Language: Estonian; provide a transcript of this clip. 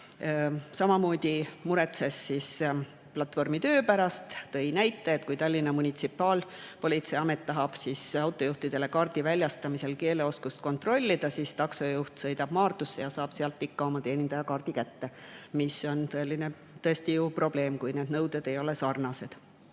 Samamoodi muretses [Tomusk] platvormitöö pärast. Ta tõi näite, et kui Tallinna Munitsipaalpolitsei Amet tahab autojuhtidele kaardi väljastamisel keeleoskust kontrollida, siis taksojuht sõidab Maardusse ja saab sealt ikka oma teenindajakaardi kätte. See on tõesti ju probleem, kui need nõuded ei ole sarnased.